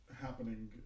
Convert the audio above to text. happening